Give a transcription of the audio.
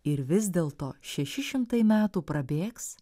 ir vis dėl to šeši šimtai metų prabėgs